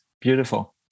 Beautiful